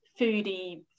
foodie